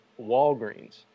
Walgreens